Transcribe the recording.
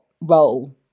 role